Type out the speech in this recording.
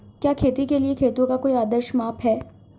क्या खेती के लिए खेतों का कोई आदर्श माप है?